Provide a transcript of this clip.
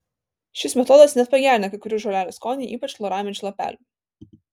šis metodas net pagerina kai kurių žolelių skonį ypač lauramedžių lapelių